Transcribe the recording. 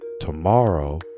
tomorrow